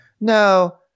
No